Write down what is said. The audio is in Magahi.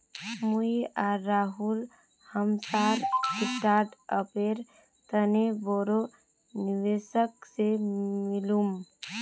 मुई आर राहुल हमसार स्टार्टअपेर तने बोरो निवेशक से मिलुम